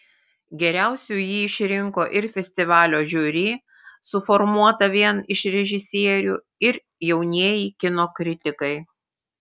geriausiu jį išrinko ir festivalio žiuri suformuota vien iš režisierių ir jaunieji kino kritikai